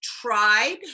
tried